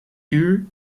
duur